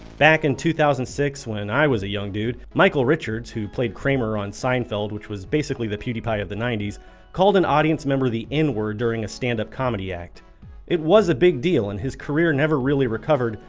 back in two thousand and six when i was a young dude michael richards who played kramer on seinfeld which was basically the pewdiepie of the ninety s called an audience member the n-word during a stand-up comedy act it was a big deal and his career never really recovered,